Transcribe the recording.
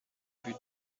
but